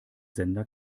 sender